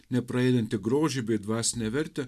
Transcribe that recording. nepraeinantį grožį bei dvasinę vertę